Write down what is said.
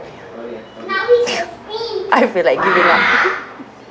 I feel like giving up